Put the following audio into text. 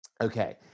Okay